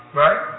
right